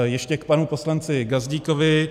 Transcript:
Ještě k panu poslanci Gazdíkovi.